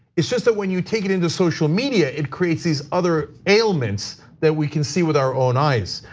it's just that when you take it into social media, it creates these other ailments that we can see with our own eyes.